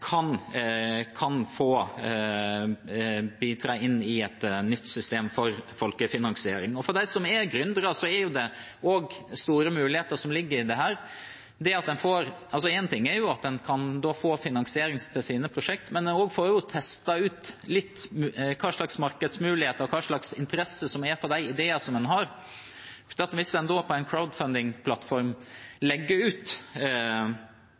kan bidra til at folk som har gode ideer, eller som har litt midler å bidra med, kan få bidratt i et nytt system for folkefinansiering. For dem som er gründere, er det store muligheter i dette. Én ting er at en kan få finansiering av sine prosjekter, men en får også testet ut litt hva slags markedsmuligheter og interesse det er for de ideene en har. Hvis en på en crowdfunding-plattform legger ut